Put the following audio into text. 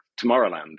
Tomorrowland